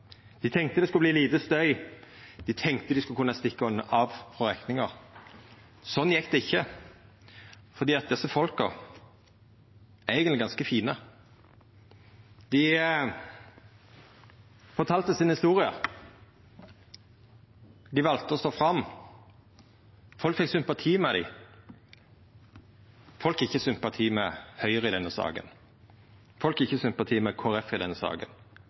dei tenkte det skulle verta lite støy, dei tenkte dei kunne stikka av frå rekninga. Sånn gjekk det ikkje, for desse folka er eigentleg ganske fine. Dei fortalde historiene sine. Dei valde å stå fram. Folk fekk sympati med dei. Folk har ikkje sympati med Høgre i denne saka. Folk har ikkje sympati med Kristeleg Folkeparti i denne saka. Folk har ikkje sympati med Venstre i denne saka.